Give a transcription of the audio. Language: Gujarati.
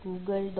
com developers